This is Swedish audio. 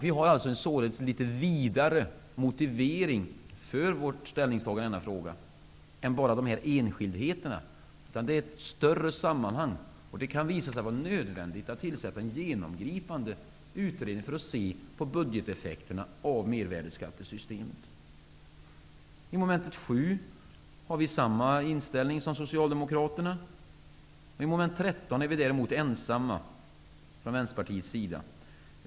Vi har således en litet vidare motivering för vårt ställningstagande i denna fråga än bara de här enskildheterna. Det är ett större sammanhang och det kan visa sig vara nödvändigt att tillsätta en genomgripande utredning för att se på budgeteffekterna av mervärdesskattesystemet. I mom. 7 har vi samma inställning som Socialdemokraterna. I mom. 13 är vi däremot ensamma från Vänsterpartiets sida.